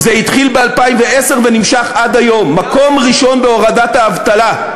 זה התחיל ב-2010 ונמשך עד היום: מקום ראשון בהורדת האבטלה.